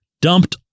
Dumped